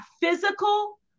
physical